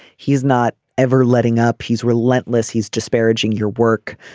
he's not ever letting up. he's relentless he's disparaging your work